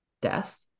death